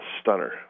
stunner